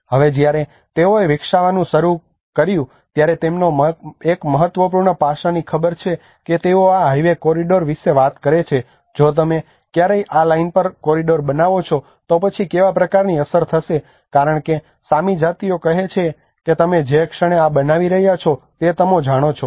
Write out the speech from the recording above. હવે જ્યારે તેઓએ વિકસાવવાનું શરૂ કર્યું ત્યારે તમને એક મહત્વપૂર્ણ પાસાની ખબર છે કે તેઓ આ હાઇવે કોરિડોર વિશે વાત કરે છે જો તમે ક્યારેય આ લાઇન પર આ કોરિડોર બનાવો છો તો પછી કેવા પ્રકારની અસર થશે કારણ કે સામી જાતિઓ કહે છે કે તમે જે ક્ષણે આ બનાવી રહ્યા છો તે તમે જાણો છો